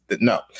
no